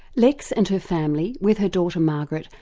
lex and her family, with her daughter margaret,